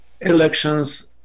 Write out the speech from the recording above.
elections